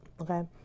okay